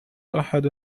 أحد